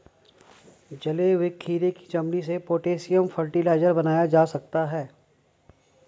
जले हुए खीरे की चमड़ी से पोटेशियम फ़र्टिलाइज़र बनाया जा सकता है